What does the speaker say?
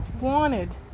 wanted